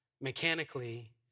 mechanically